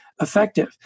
effective